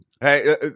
Hey